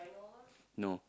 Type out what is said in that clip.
no